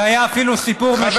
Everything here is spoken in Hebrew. זה היה אפילו סיפור משעשע,